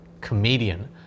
comedian